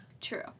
True